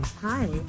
Hi